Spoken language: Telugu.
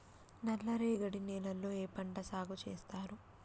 నల్లరేగడి నేలల్లో ఏ పంట సాగు చేస్తారు?